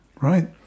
Right